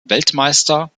weltmeister